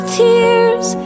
tears